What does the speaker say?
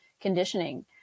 conditioning